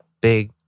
big